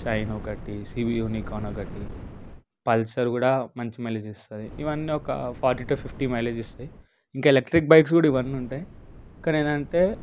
shine ఒకటి CV Unicorn ఒకటి Pulsar కూడా మంచి మైలేజ్ ఇస్తుంది ఇవన్నీ ఒక ఫార్టీ టు ఫిఫ్టీ మైలేజ్ ఇస్తయి ఇంకా ఎలక్ట్రిక్ బైక్స్ కూడా ఇవన్నీ ఉంటాయి కానీ ఏంటంటే